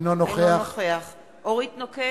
אינו נוכח אורית נוקד,